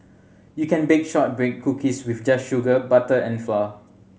you can bake shortbread cookies with just sugar butter and flour